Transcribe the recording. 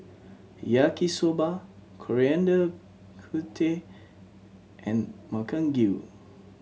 Yaki Soba Coriander and Makchang Gui